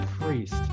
priest